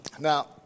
Now